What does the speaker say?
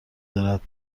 دارد